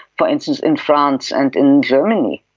for instance, in france and in germany.